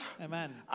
Amen